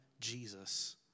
Jesus